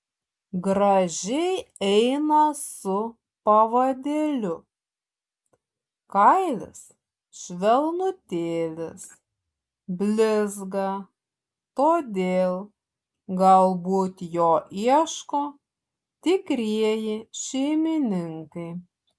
gražiai eina su pavadėliu kailis švelnutėlis blizga todėl galbūt jo ieško tikrieji šeimininkai